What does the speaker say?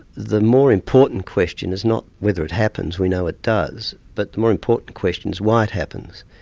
the more important question is not whether it happens, we know it does, but the more important question is why it happens.